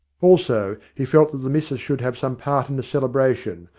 also, he felt that the missis should have some part in the celebration,